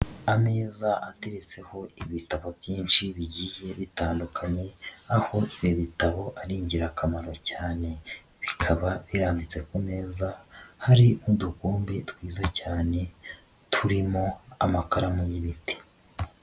Ameza ateretseho ibitabo byinshi bigiye bitandukanye aho ibitabo ari ingirakamaro cyane bikaba birambitse ku meza hari n'udukombe twiza cyane turimo amakaramu y'ibiti.